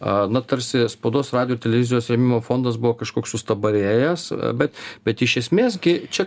a na tarsi spaudos radijo ir televizijos rėmimo fondas buvo kažkoks sustabarėjęs bet bet iš esmės gi čia